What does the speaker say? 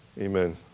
amen